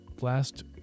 last